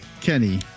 Kenny